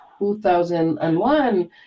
2001